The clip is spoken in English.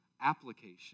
application